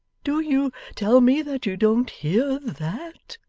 do you tell me that you don't hear that